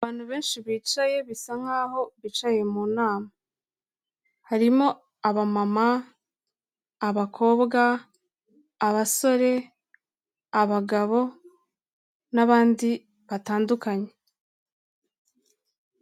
Abantu benshi bicaye bisa nk'aho bicaye mu nama, harimo aba mama, abakobwa, abasore, abagabo n'abandi batandukanye.